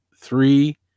three